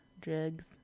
drugs